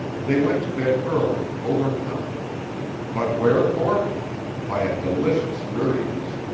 they went to bed early, overcome but wherefore by a delicious weariness.